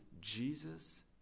Jesus